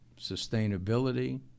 sustainability